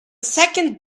second